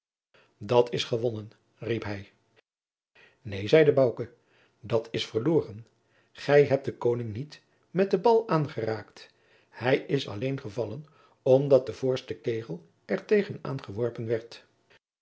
dat is gewonnen riep hij neen zeide bouke dat is verloren gij hebt den koning niet met de bal aangeraakt hij is alleen gevallen omdat de voorste kegel er tegen aan geworpen werd